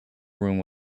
room